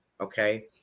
Okay